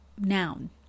Noun